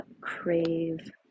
crave